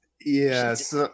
yes